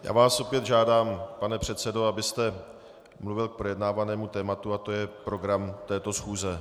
Já vás opět žádám, pane předsedo, abyste mluvil k projednávanému tématu, a to je program této schůze.